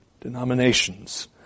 denominations